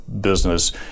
business